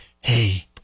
Hey